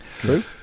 true